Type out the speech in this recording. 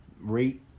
rate